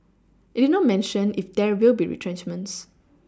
it did not mention if there will be retrenchments